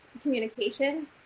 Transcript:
communication